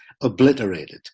obliterated